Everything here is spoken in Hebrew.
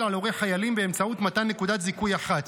על הורי חיילים באמצעות מתן נקודת זיכוי אחת.